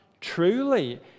truly